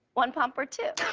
one pump or two.